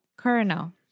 Colonel